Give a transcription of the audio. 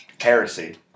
heresy